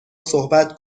صحبت